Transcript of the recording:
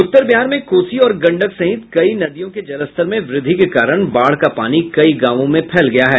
उत्तर बिहार में कोसी और गंडक सहित कई नदियों के जलस्तर में वृद्धि के कारण बाढ़ का पानी कई गांवों में फैल गया है